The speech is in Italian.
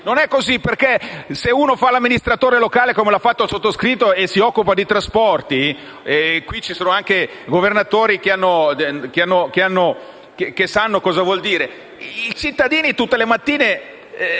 Non è così, perché se uno fa l'amministratore locale, come l'ha fatto il sottoscritto, e si occupa di trasporti - qui ci sono anche governatori che sanno cosa vuol dire - sa che i cittadini tutte le mattine,